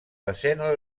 desena